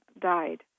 died